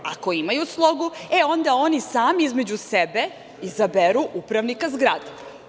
Ako imaju slogu, onda oni sami između sebe izaberu upravnika zgrade.